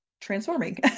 transforming